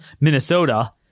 Minnesota